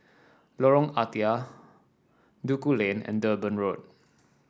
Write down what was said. Lorong Ah Thia Duku Lane and Durban Road